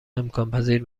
امکانپذیر